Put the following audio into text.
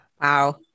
Wow